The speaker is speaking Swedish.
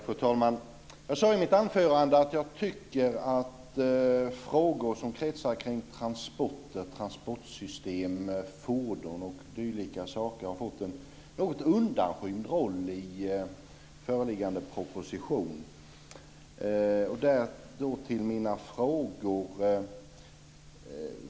Fru talman! Jag sade i mitt anförande att jag tycker att frågor som kretsar kring transporter, transportsystem, fordon och dylika saker har fått en något undanskymd roll i föreliggande proposition.